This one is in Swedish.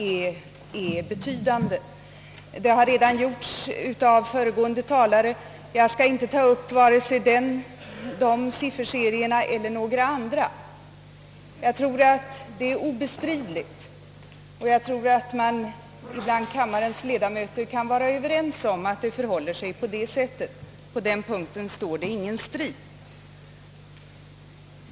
Några talare har redan gjort det, men jag skall inte ta upp vare sig deras sifferserier eller några andra. Eftersläpningen är obestridlig och jag tror att kammarens ledamöter kan vara överens om att det förhåller sig så. På den punkten står det ingen strid.